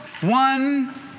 one